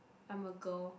I'm a girl